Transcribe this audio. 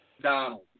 Donald